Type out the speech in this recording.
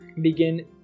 begin